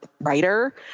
writer